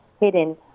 hidden